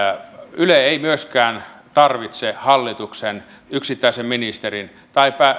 yle ei myöskään tarvitse hallituksen yksittäisen ministerin tai